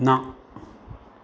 न